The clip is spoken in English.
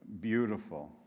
beautiful